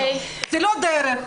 זה לא דרך.